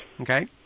Okay